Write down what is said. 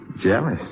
jealous